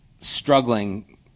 Struggling